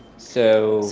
so,